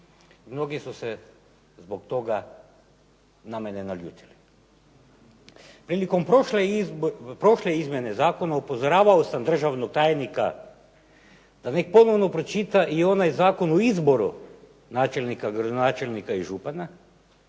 Mnogi su se zbog toga na mene naljutili. Prilikom prošle izmjene zakona upozoravao sam državnog tajnika da neka ponovno pročita i onaj zakon o izboru načelnika, gradonačelnika i župana